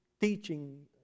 teaching